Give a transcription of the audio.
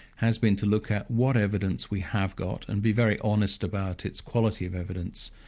has been to look at what evidence we have got and be very honest about its quality of evidence.